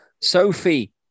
Sophie